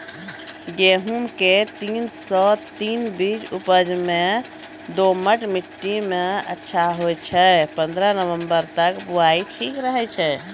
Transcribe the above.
गेहूँम के तीन सौ तीन बीज उपज मे दोमट मिट्टी मे अच्छा होय छै, पन्द्रह नवंबर तक बुआई ठीक रहै छै